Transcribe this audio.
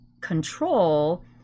control